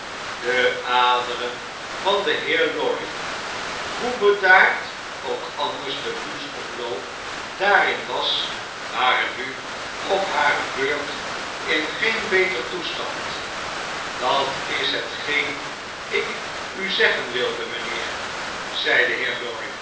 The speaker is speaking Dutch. de aderen van den heer lorry hoe bedaard ook anders de bloedsomloop daarin was waren nu op hare beurt in geen beter toestand dat is hetgeen ik u zeggen wilde mijnheer zei de